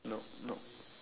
nope nope